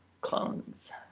clones